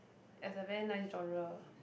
it's a very nice genre